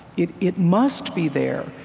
it it must be there.